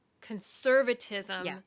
conservatism